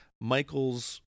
michael's